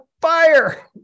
fire